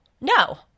No